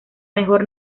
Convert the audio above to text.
mejor